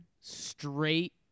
straight